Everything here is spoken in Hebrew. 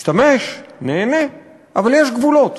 נשתמש, ניהנה, אבל יש גבולות.